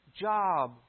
job